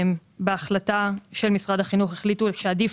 בהחלטה של משרד החינוך החליטו שעדיף